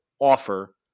offer